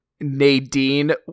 Nadine